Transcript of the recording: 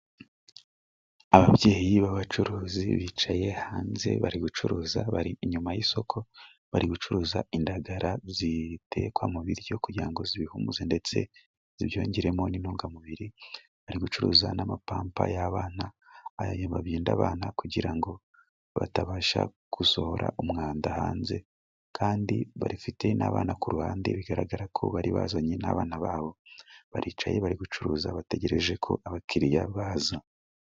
Ababyeyi b'abacuruzi bicaye hanze bari gucuruza bari inyuma y'isoko. Bari gucuruza indagara zitekwa mu biryo kugira ngo zibihumuze ndetse zibyongeremo n'intungamubiri. Bari gucuruza n'amapamba y'abana, ayo babinda abana kugira ngo batabasha gusohora umwanda hanze. Kandi bafite n'abana ku ruhande bigaragara ko bari bazanye n'abana babo. Baricaye bari gucuruza, bategereje ko abakiriya baza.